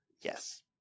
Yes